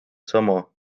sama